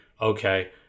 Okay